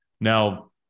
Now